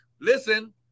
listen